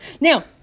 Now